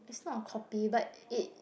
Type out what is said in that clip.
it's not a copy but it